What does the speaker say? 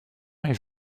est